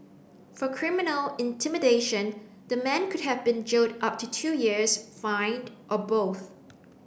for criminal intimidation the man could have been jailed up to two years fined or both